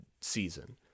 season